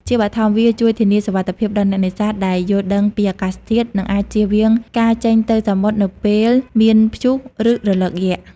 ជាបឋម វាជួយ ធានាសុវត្ថិភាពដល់អ្នកនេសាទដែលយល់ដឹងពីអាកាសធាតុ និងអាចជៀសវាងការចេញទៅសមុទ្រនៅពេលមានព្យុះ ឬរលកយក្ស។